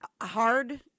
hard